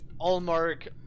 Allmark